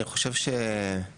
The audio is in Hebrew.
אני חושב שכרגע